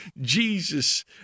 Jesus